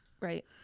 right